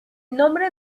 nombre